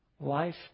Life